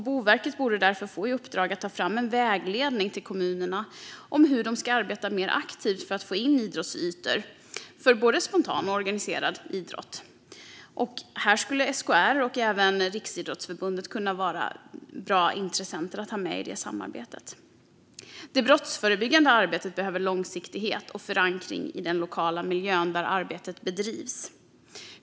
Boverket borde därför få i uppdrag att ta fram en vägledning till kommunerna om hur de ska arbeta mer aktivt med att få in idrottsytor för både spontan och organiserad idrott. SKR och även Riksidrottsförbundet skulle kunna vara bra intressenter att ha med i det samarbetet. Det brottsförebyggande arbetet behöver långsiktighet och förankring i den lokala miljön där arbetet bedrivs.